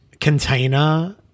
container